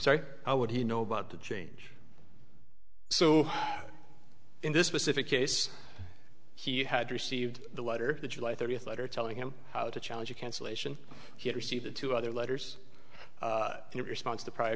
sorry i would he know about the change so in this specific case he had received the letter the july thirtieth letter telling him how to challenge a cancellation he received two other letters in response to pry